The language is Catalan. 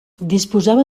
disposava